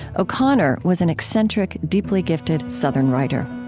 o'connor was an eccentric, deeply gifted southern writer.